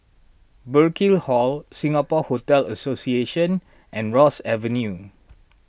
Burkill Hall Singapore Hotel Association and Ross Avenue